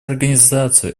организацию